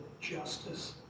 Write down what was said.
justice